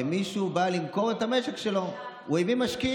ומישהו בא למכור את המשק שלו והוא הביא משקיעים.